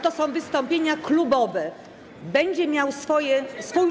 To są wystąpienia klubowe, będzie miał swój czas.